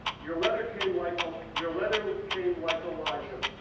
your letter came like, ah your letter came like elijah.